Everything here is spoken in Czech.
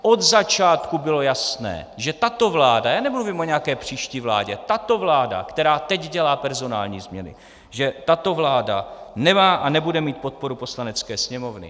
Od začátku bylo jasné, že tato vláda já nemluvím o nějaké příští vládě tato vláda, která teď dělá personální změny, tato vláda nemá a nebude mít podporu Poslanecké sněmovny.